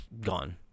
gone